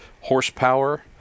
horsepower